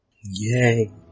Yay